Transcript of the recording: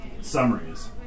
summaries